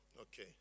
Okay